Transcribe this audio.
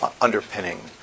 underpinning